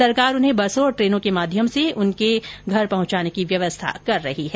सरकार उन्हें बसों और ट्रेनों के माध्यम से उनके गृह स्थान पहुंचाने की व्यवस्था कर रही है